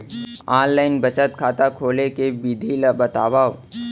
Online बचत खाता खोले के विधि ला बतावव?